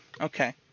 Okay